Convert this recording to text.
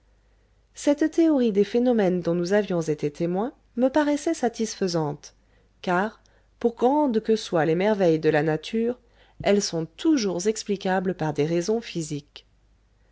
cette théorie des phénomènes dont nous avions été témoins me paraissait satisfaisante car pour grandes que soient les merveilles de la nature elles sont toujours explicables par des raisons physiques